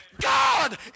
God